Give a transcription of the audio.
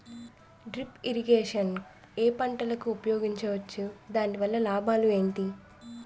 Drip irrigation ఏ పంటలకు ఉపయోగించవచ్చు? దాని వల్ల లాభాలు ఏంటి?